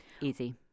easy